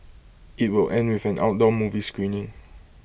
IT will end with an outdoor movie screening